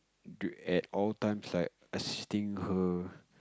at all times I assisting her